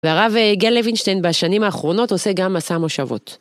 והרב גל לווינשטיין בשנים האחרונות עושה גם מסע מושבות.